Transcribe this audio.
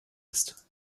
ist